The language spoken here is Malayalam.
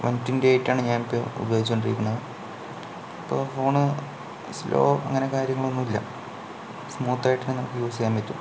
വൺ ട്വന്റി എയിറ്റാണ് ഞാൻ ഇപ്പോൾ ഉപയോഗിച്ചു കൊണ്ടിരിക്കണത് ഇപ്പോൾ ഫോൺ സ്ലോ അങ്ങനെ കാര്യങ്ങളൊന്നുമില്ല സ്മൂത്ത് ആയിട്ട് നമുക്ക് യൂസ് ചെയ്യാൻ പറ്റും